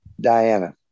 Diana